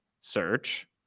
search